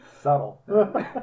Subtle